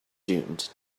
doomed